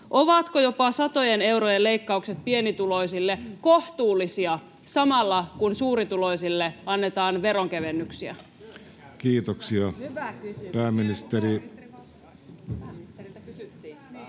Ovatko jopa satojen eurojen leikkaukset pienituloisille kohtuullisia samalla, kun suurituloisille annetaan veronkevennyksiä? Kiitoksia. [Vasemmalta: